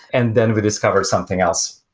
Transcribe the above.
and then we discovered something else.